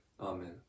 amen